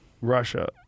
Russia